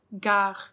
gar